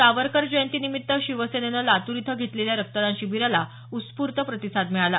सावरकर जयंतीनिमित्त शिवसेनेनं लातूर इथं घेतलेल्या रक्तदान शिबिराला उत्स्फूते प्रतिसाद मिळाला